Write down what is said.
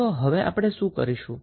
તો હવે આપણે શું કરીશું